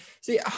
See